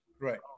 Right